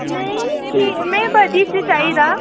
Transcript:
नेईं की में बड्डी च चाहिदा